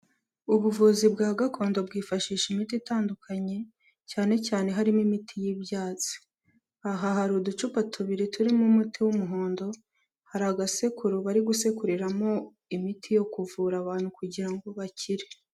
Ubuvuzi bwa gakondo bwifashisha imiti itandukanye cyane cyane harimo imiti y'ibyatsi, aha hari uducupa tubiri turimo umuti w'umuhondo, hari agasekuru bari gusekuriramo imiti yo kuvura abantu kugira ngo bakire.